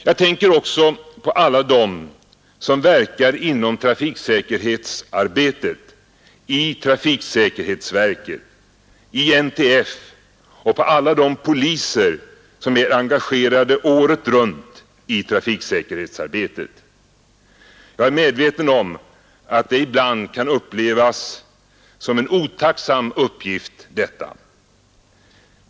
Jag tänker också på alla dem som verkar inom trafiksäkerhetsarbetet — i trafiksäkerhetsverket, i NTF — och på alla de poliser som är engagerade året runt i trafiksäkerhetsarbetet. Jag är medveten om att detta ibland kan upplevas som en otacksam uppgift.